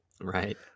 right